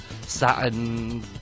Saturn